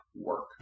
work